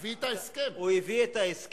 הביא את ההסכם, הוא הביא את ההסכם.